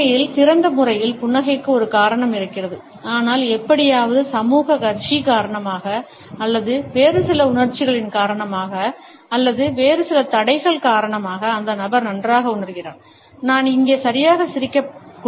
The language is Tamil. உண்மையில் திறந்த முறையில் புன்னகைக்க ஒரு காரணம் இருக்கிறது ஆனால் எப்படியாவது சமூக கர்சீ காரணமாக அல்லது வேறு சில உணர்ச்சிகளின் காரணமாக அல்லது வேறு சில தடைகள் காரணமாக அந்த நபர் நன்றாக உணர்கிறார் நான் இங்கே சரியாக சிரிக்கக்கூடாது